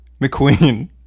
McQueen